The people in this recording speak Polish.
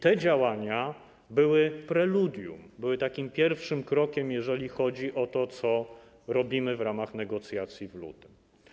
Te działania były preludium, były takim pierwszym krokiem, jeżeli chodzi o to, co robiliśmy w ramach negocjacji w lutym.